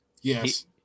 Yes